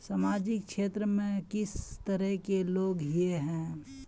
सामाजिक क्षेत्र में किस तरह के लोग हिये है?